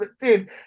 Dude